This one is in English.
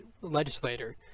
legislator